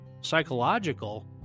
psychological